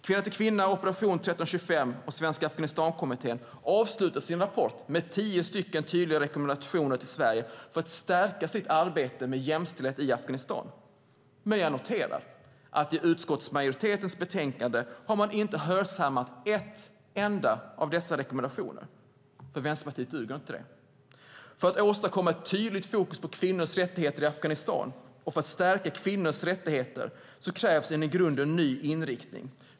Kvinna till Kvinna, Operation 1325 och Svenska Afghanistankommittén avslutar sin rapport med tio tydliga rekommendationer för hur Sverige ska stärka sitt arbete för jämställdhet i Afghanistan. Jag noterar dock att man i utskottsmajoritetens betänkande inte har hörsammat en enda av dessa rekommendationer. För Vänsterpartiet duger inte det. För att åstadkomma tydligt fokus på kvinnors rättigheter i Afghanistan och för att stärka de afghanska kvinnornas ställning krävs en ny inriktning.